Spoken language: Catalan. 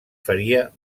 faria